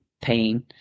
pain